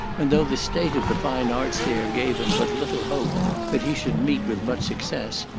and though the state of the fine arts there gave him but little hope that he should meet with much success,